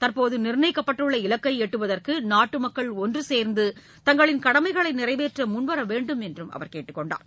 தற்போது நிர்ணயிக்கப்பட்டுள்ள இலக்கை எட்டுவதற்கு நாட்டு மக்கள் ஒன்று சேர்ந்து தங்களின் கடமைகளை நிறைவேற்ற முன்வர வேண்டும் என்று அவர் கேட்டுக்கொண்டார்